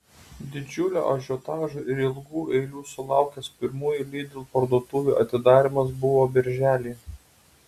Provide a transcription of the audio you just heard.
didžiulio ažiotažo ir ilgų eilių sulaukęs pirmųjų lidl parduotuvių atidarymas buvo birželį